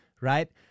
right